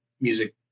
music